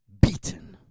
beaten